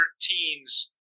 teens